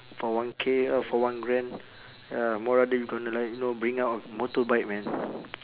for one K uh for one grand ya more rather you gonna like know bring out a motorbike man